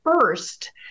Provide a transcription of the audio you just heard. first